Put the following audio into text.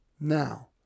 Now